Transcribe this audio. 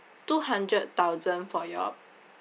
two hundred thousand for your